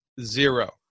Zero